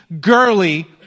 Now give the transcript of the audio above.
girly